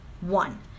one